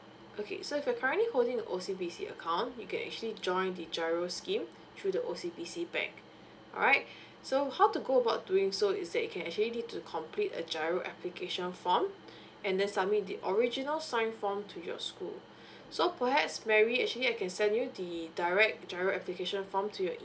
okay so if you're currently holding an O_C_B_C account you can actually join the G_I_R_O scheme through the O_C_B_C bank alright so how to go about doing so is that you can actually need to complete a G_I_R_O application form and then submit the original sign form to your school so perhaps mary actually I can send you the direct general application form to your email